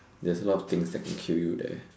there's a lot of things that can kill you there